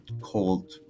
cold